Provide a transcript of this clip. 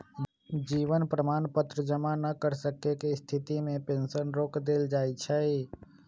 जीवन प्रमाण पत्र जमा न कर सक्केँ के स्थिति में पेंशन रोक देल जाइ छइ